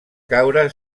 caure